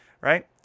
right